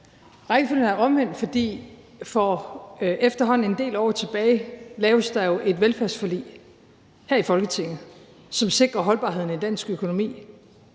Rækkefølgen er omvendt, for for efterhånden en del år tilbage laves der jo et velfærdsforlig her i Folketinget, som sikrer holdbarheden i dansk økonomi,